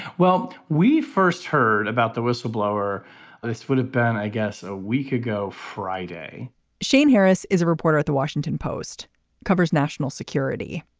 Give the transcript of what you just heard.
well we first heard about the whistle blower. this would have been i guess a week ago friday shane harris is a reporter at the washington post covers national security.